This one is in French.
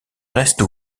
reste